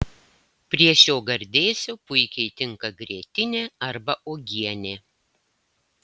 prie šio gardėsio puikiai tinka grietinė arba uogienė